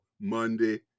Monday